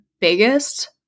biggest